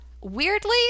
weirdly